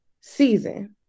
season